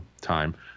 time